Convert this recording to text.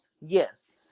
Yes